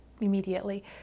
immediately